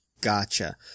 gotcha